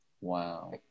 Wow